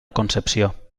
concepció